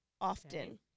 Often